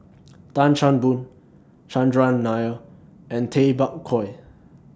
Tan Chan Boon Chandran Nair and Tay Bak Koi